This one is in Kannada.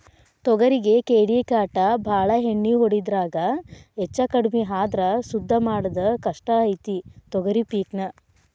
ತೊಗರಿಗೆ ಕೇಡಿಕಾಟ ಬಾಳ ಎಣ್ಣಿ ಹೊಡಿದ್ರಾಗ ಹೆಚ್ಚಕಡ್ಮಿ ಆದ್ರ ಸುದ್ದ ಮಾಡುದ ಕಷ್ಟ ಐತಿ ತೊಗರಿ ಪಿಕ್ ನಾ